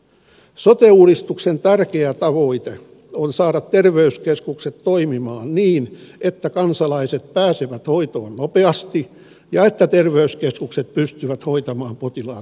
sote uudistuksen tärkeä tavoite on saada terveyskeskukset toimimaan niin että kansalaiset pääsevät hoitoon nopeasti ja että terveyskeskukset pystyvät hoitamaan potilaat kuntoon